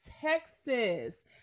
texas